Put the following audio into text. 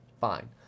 Fine